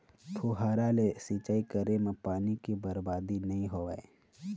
फुहारा ले सिंचई करे म पानी के बरबादी नइ होवय